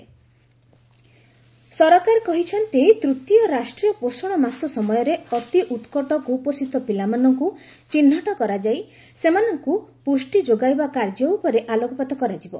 third ରାଷ୍ଟ୍ରୀୟ ପୋଷଣ ମାହ ସରକାର କହିଛନ୍ତି ତୃତୀୟ ରାଷ୍ଟ୍ରୀୟ ପୋଷଣ ମାସ ସମୟରେ ଅତି ଉତ୍କଟ କୁପୋଷିତ ପିଲାମାନଙ୍କୁ ଚିହ୍ନଟ କରାଯାଇ ସେମାନଙ୍କୁ ପୁଷ୍ଟି ଯୋଗାଇବା କାର୍ଯ୍ୟ ଉପରେ ଆଲୋକପାତ କରାଯିବ